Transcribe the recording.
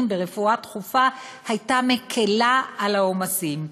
ברפואה דחופה הייתה מקִלה את העומסים,